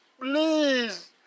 Please